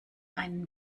einen